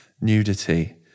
nudity